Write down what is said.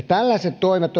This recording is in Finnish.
tällaiset toimet